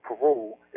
parole